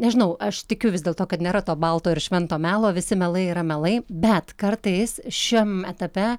nežinau aš tikiu vis dėl to kad nėra to balto ir švento melo visi melai yra melai bet kartais šiam etape